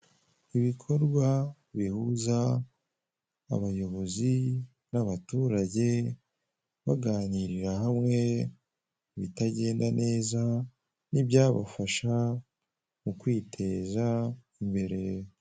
Ibikorwa bihuza abayobozi n'abaturage baganirira hamwe ibitagenda neza n'ibyabafasha mu kwiteza imbere.